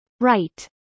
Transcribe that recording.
Right